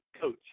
coach